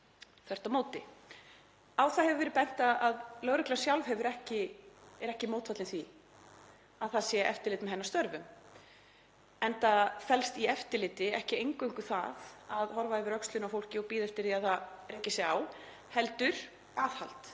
Þvert á móti. Á það hefur verið bent að lögreglan sjálf er ekki mótfallin því að það sé eftirlit með hennar störfum enda felst í eftirliti ekki eingöngu það að horfa yfir öxlina á fólki og bíða eftir því að það reki sig á heldur aðhald